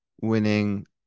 Winning